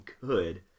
good